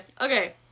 okay